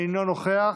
אינו נוכח,